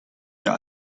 wir